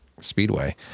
Speedway